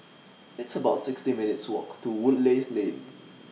It's about sixty minutes' Walk to Woodleigh Lane